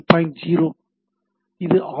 0 இது ஆர்